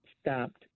stopped